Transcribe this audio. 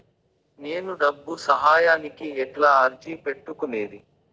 నేను డబ్బు సహాయానికి ఎట్లా అర్జీ పెట్టుకునేది?